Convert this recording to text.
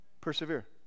persevere